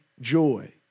joy